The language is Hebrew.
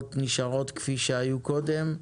אחרות נשארות כפי שהיו קודם,